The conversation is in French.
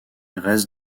reste